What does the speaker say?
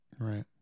Right